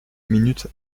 minute